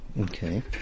Okay